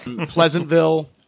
Pleasantville